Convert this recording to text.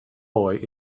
boy